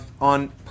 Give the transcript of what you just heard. on